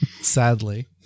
sadly